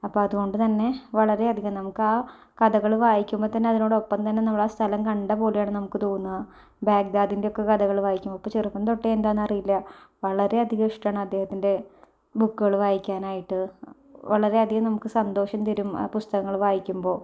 അപ്പോൾ അതുകൊണ്ട് തന്നെ വളരെയധികം നമുക്ക് ആ കഥകൾ വായിക്കുമ്പോൾ തന്നെ അതിനോടൊപ്പം തന്നെ നമ്മൾ ആ സ്ഥലം കണ്ട പോലെയാണ് നമുക്ക് തോന്നുക ബാഗ്ദാദിന്റെ ഒക്കെ കഥകൾ വായിക്കുമ്പോൾ ഒക്കെ ചെറുപ്പം തൊട്ടേ എന്താണെന്നറിയില്ല വളരെയധികം ഇഷ്ടമാണ് അദ്ദേഹത്തിന്റെ ബുക്കുകൾ വായിക്കാനായിട്ട് വളരെയധികം നമുക്ക് സന്തോഷം തരും ആ പുസ്തകങ്ങൾ വായിക്കുമ്പോൾ